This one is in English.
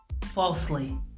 falsely